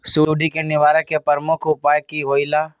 सुडी के निवारण के प्रमुख उपाय कि होइला?